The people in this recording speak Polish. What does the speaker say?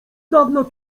dawna